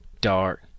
dark